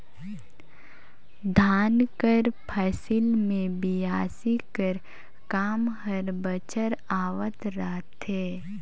धान कर फसिल मे बियासी कर काम हर बछर आवत रहथे